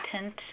tint